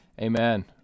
Amen